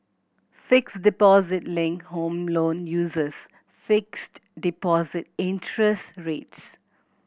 fixed deposit linked Home Loan uses fixed deposit interest rates